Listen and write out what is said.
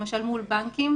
למשל מול בנקים.